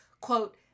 Quote